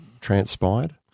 transpired